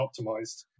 optimized